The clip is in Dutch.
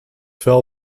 vel